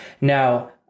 Now